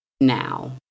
now